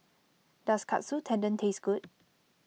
does Katsu Tendon taste good